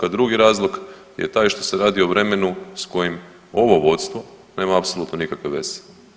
A drugi razlog je taj što se radi o vremenu s kojim ovo vodstvo nema apsolutno nikakve veze.